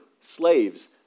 slaves